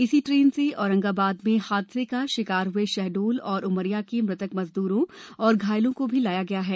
इसी ट्रेन से औरंगाबाद में हादसे का शिकार हुए शहडोल तथा उमरिया के मृतक मजदूरों तथा घायलों को भी लाया गया है